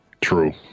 True